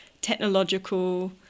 technological